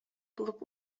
булып